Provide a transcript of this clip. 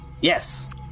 Yes